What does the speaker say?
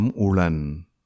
ulan